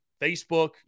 Facebook